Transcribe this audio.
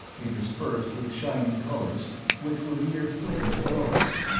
interspersed with shining colors which were mere flickers below us.